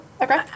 Okay